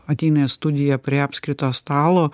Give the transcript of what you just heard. ateina į studiją prie apskrito stalo